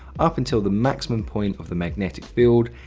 up until the maximum point of the magnetic field.